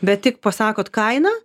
bet tik pasakot kainą